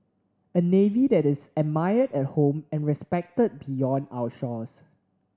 a navy that is admired at home and respected beyond our shores